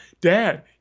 Dad